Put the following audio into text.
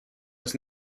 was